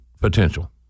potential